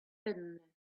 thin